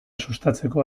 sustatzeko